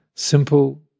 Simple